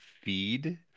Feed